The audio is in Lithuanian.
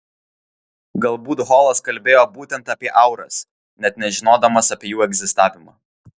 galbūt holas kalbėjo būtent apie auras net nežinodamas apie jų egzistavimą